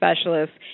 specialists